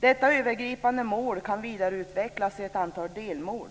Detta övergripande mål kan vidareutvecklas i ett antal delmål.